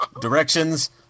directions